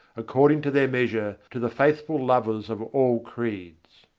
according to their measure, to the faithful lovers of all creeds.